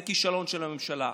זה כישלון של הממשלה.